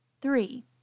Three